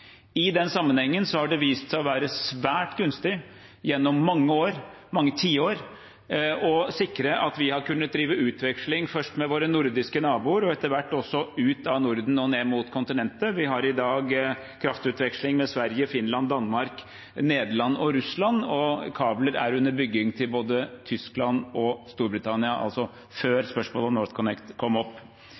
I den sammenhengen har det gjennom mange år – mange tiår – vist seg svært gunstig å sikre at vi har kunnet drive utveksling, først med våre nordiske naboer og etter hvert også ut av Norden og ned mot kontinentet. Vi har i dag kraftutveksling med Sverige, Finland, Danmark, Nederland og Russland, og kabler er under bygging til både Tyskland og Storbritannia – altså før spørsmålet om NorthConnect kom opp.